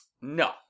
No